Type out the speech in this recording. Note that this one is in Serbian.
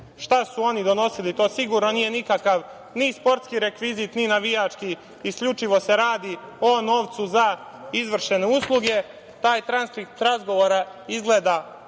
šta su oni donosili. To sigurno nije nikakav ni sportski rekvizit, ni navijački, isključivo se radi o novcu za izvršene usluge. Taj transkript razgovora izgleda